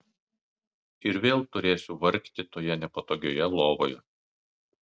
ir vėl turėsiu vargti toje nepatogiojoje lovoje